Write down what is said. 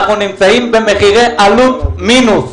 אנחנו נמצאים במחירי עלות מינוס.